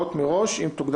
ב-16:00?